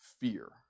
fear